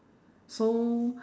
so